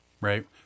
Right